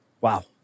Wow